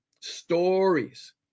stories